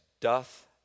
doth